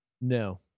No